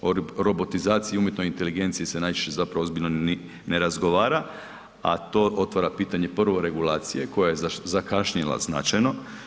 O robotizaciji i umjetnoj inteligenciji se najčešće zapravo ozbiljno ni ne razgovara a to otvara pitanje prvo regulacije koje je zakašnjela značajno.